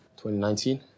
2019